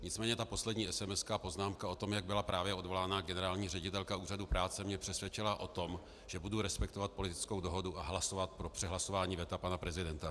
Nicméně poslední esemeska a poznámka o tom, jak byla právě odvolaná generální ředitelka Úřadu práce, mě přesvědčila, že budu respektovat politickou dohodu a hlasovat pro přehlasování veta pana prezidenta.